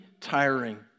tiring